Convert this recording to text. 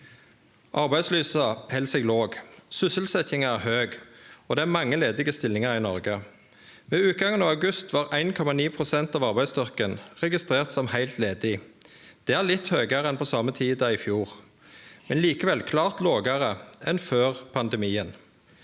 Arbeidsløysa held seg låg, sysselsetjinga er høg, og det er mange ledige stillingar i Noreg. Ved utgangen av august var 1,9 pst. av arbeidsstyrken registrert som heilt ledig. Det er litt høgare enn på same tid i fjor, men likevel klart lågare enn før pandemien.